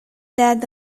that